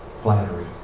flattery